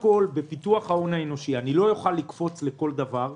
בפיתוח ההון האנושי אני לא אוכל לקפוץ לכל דבר.